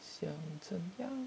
想怎样